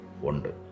Wonder